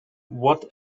what